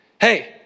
Hey